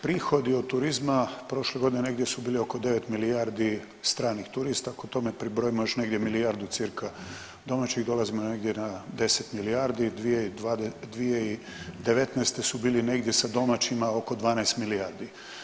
Prihodi od turizma prošle godine negdje su bili oko 9 milijardi stranih turista, ako tome pribrojimo još negdje milijardu cca domaćih dolazimo negdje na 10 milijardi i 2019. su bili negdje sa domaćima oko 12 milijardi.